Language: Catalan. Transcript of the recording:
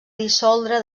dissoldre